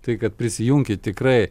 tai kad prisijunkit tikrai